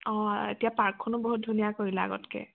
অঁ এতিয়া পাৰ্কখনো বহুত ধুনীয়া কৰিলে আগতকৈ